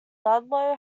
ludlow